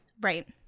Right